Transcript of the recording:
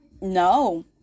No